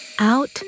out